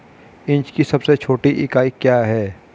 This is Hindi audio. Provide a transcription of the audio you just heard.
इंच की सबसे छोटी इकाई क्या है?